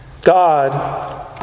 God